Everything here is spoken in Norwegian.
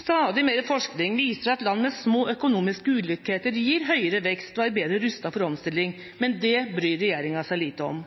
Stadig mer forskning viser at land med små økonomiske ulikheter gir høyere vekst og er bedre rustet for omstilling. Men det bryr regjeringa seg lite om.